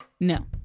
no